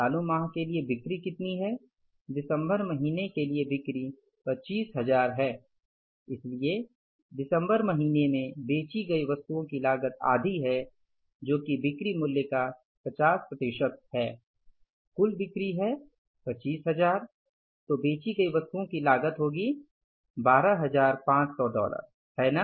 चालू माह के लिए बिक्री कितनी है दिसंबर महीने के लिए बिक्री 25000 है इसलिए दिसंबर महीने में बेची गई वस्तुओं की लागत आधी है जो कि बिक्री मूल्य का 50 प्रतिशत है कुल बिक्री हैं 25000 तो बेची गई वस्तुओं की लागत होगी 12500 डॉलर है ना